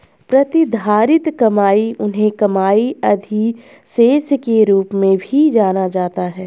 प्रतिधारित कमाई उन्हें कमाई अधिशेष के रूप में भी जाना जाता है